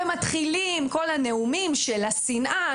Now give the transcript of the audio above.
ומתחילים כל הנאומים של השנאה,